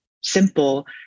simple